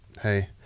hey